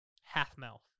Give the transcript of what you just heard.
half-mouth